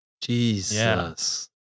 Jesus